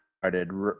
started